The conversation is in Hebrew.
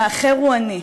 "האחר הוא אני".